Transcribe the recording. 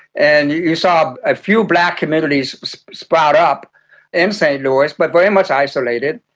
and you saw a few black communities sprout up in st louis, but very much isolated.